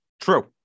True